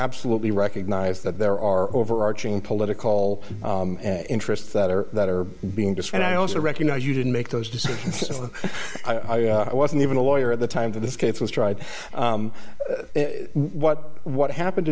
absolutely recognize that there are overarching political interests that are that are being destroyed i also recognize you didn't make those decisions i wasn't even a lawyer at the time that this case was tried what what happened